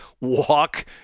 walk